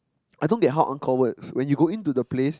I thought they Angkor-Wat when you go in to the place